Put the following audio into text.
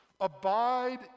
abide